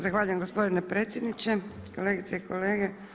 Zahvaljujem gospodine predsjedniče, kolegice i kolege.